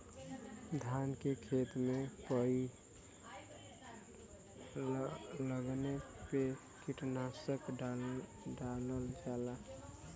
धान के खेत में पई लगले पे कीटनाशक डालल जाला